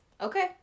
Okay